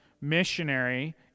missionary